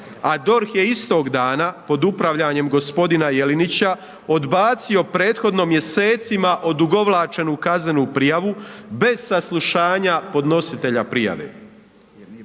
a DORH je istog dana pod upravljanjem g. Jelinića odbacio prethodno mjesecima odugovlačenu kaznenu prijavu bez saslušanja podnositelja prijave.